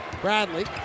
Bradley